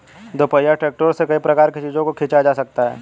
दोपहिया ट्रैक्टरों से कई प्रकार के चीजों को खींचा जा सकता है